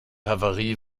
havarie